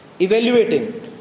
evaluating